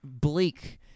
bleak